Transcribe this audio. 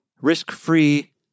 risk-free